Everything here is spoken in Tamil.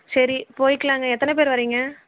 சரி போய்க்கலாங்க எத்தனை பேர் வர்றீங்க